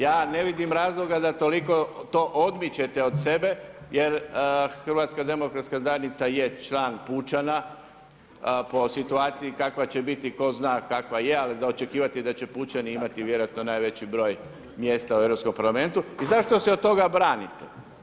Ja ne vidim razloga da toliko to odmičete od sebe jer HDZ je član pučana po situaciji kakva će biti, tko zna kakva je, ali za očekivati je da će pučani imati vjerojatno najveći broj mjesta u europskom parlamentu i zašto se od toga branite?